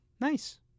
Nice